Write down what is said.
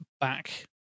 back